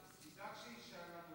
תדאג שיגיע לנו